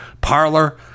parlor